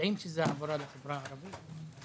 יודעים שזו העברה לחברה הערבית.